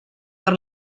per